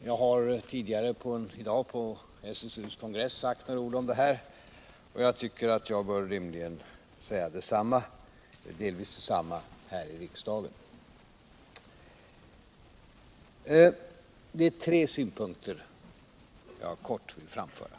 Jag har tidigare i dag på SSU:s kongress sagt några ord om det här ärendet, och jag tycker att jag bör säga delvis detsamma här i riksdagen. Det är tre synpunkter som jag kort vill framföra.